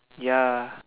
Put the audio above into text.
ya